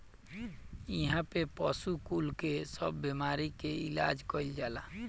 इहा पे पशु कुल के सब बेमारी के इलाज कईल जाला